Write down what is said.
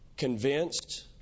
convinced